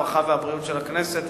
הרווחה והבריאות של הכנסת.